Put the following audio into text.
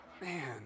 Man